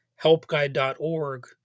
helpguide.org